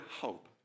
hope